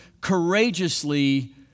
courageously